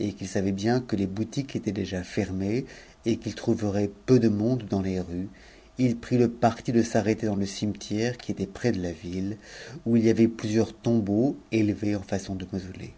et qu'il savait bien que les boutiques étaient déjà fermées et qu'il trouverait peu c monde dans les rues il prit le parti de s'arrêter dans le cimetière qui était près de la ville où il y avait plusieurs tombeaux élevés en façon dp